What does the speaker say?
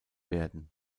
werden